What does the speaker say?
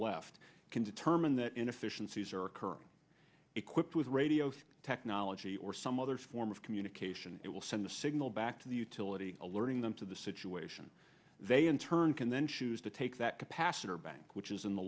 left can determine that inefficiencies are occurring equipped with radio technology or some other form of communication it will send a signal back to the utility alerting them to the situation they in turn can then choose to take that capacitor bank which is in the